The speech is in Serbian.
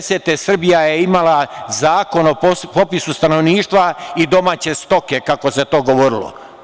Dakle, 1890. godine Srbija je imala Zakon o popisu stanovništva i domaće stoke, kako se to govorilo.